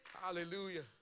Hallelujah